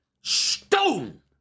stone